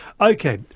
Okay